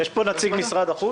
יש פה נציג של משרד החוץ?